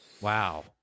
Wow